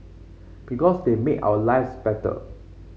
because they make our lives better